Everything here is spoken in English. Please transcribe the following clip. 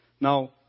Now